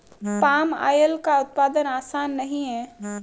palm oil का उत्पादन आसान नहीं है